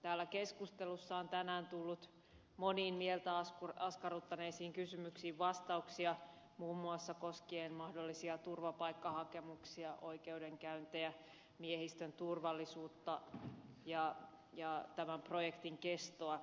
täällä keskustelussa on tänään tullut vastauksia moniin mieltä askarruttaneisiin kysymyksiin muun muassa koskien mahdollisia turvapaikkahakemuksia oikeudenkäyntejä miehistön turvallisuutta ja tämän projektin kestoa